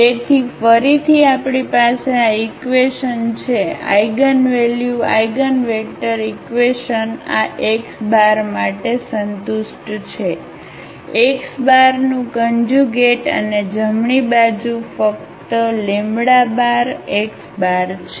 તેથી ફરીથી આપણી પાસે આ ઈક્વેશન છે આઇગનવેલ્યુ આઇગનવેક્ટર ઈક્વેશન આ x માટે સંતુષ્ટ છે x નું કન્જ્યુગેટ અને જમણી બાજુ ફક્તx છે